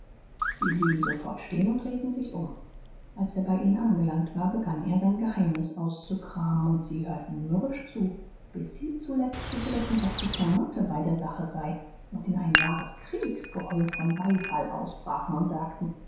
sie blieben sofort stehen und drehten sich um als er bei ihnen angelangt war begann er sein geheimnis auszukramen und sie hörten mürrisch zu bis sie zuletzt begriffen was die pointe bei der sache sei und in ein wahres kriegsgeheul von beifall ausbrachen und sagten